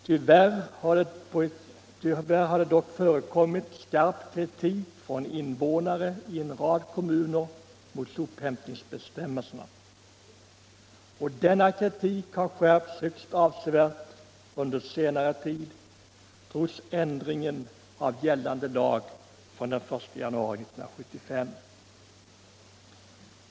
Tyvärr har det dock förekommit skarp kritik mot sophämtningsbestämmelserna från invånarna i en rad kommuner. Denna kritik har skärpts högst avsevärt under senare tid, trots ändringen av gällande lag från den I januari 1975.